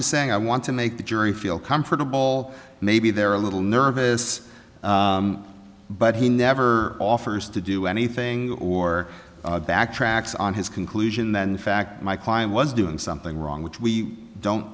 just saying i want to make the jury feel comfortable maybe they're a little nervous but he never offers to do anything or backtracks on his conclusion that in fact my client was doing something wrong which we don't